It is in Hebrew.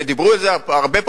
ודיברו על זה הרבה פה,